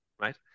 right